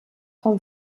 vom